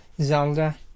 Zelda